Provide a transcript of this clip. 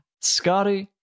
Scotty